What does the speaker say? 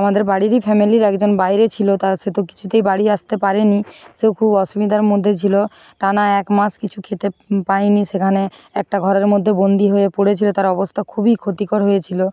আমাদের বাড়িরই ফ্যামেলির একজন বায়রে ছিলো তার সে তো কিছুতেই বাড়ি আসতে পারেনি সেও খুব অসুবিধার মধ্যে ছিলো টানা এক মাস কিছু খেতে পায়নি সেখানে একটা ঘরের মধ্যে বন্দি হয়ে পড়েছিলো তার অবস্তা খুবই ক্ষতিকর হয়েছিলো